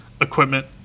equipment